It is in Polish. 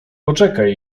poczekaj